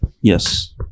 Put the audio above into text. yes